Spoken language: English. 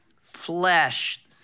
flesh